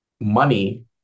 money